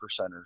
percenters